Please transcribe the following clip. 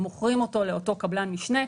מוכרים אותו לאותו קבלן המשנה.